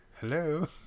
Hello